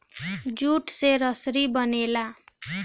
jute से रसरी बनेला